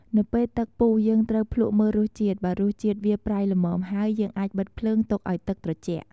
នៅពេលទឹកពុះ យើងត្រូវភ្លក្សមើលរសជាតិ បើរសជាតិវាប្រៃល្មមហើយយើងអាចបិទភ្លើង ទុកឱ្យទឹកត្រជាក់។